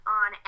on